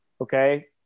Okay